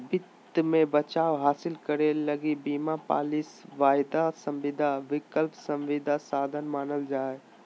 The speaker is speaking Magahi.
वित्त मे बचाव हासिल करे लगी बीमा पालिसी, वायदा संविदा, विकल्प संविदा साधन मानल जा हय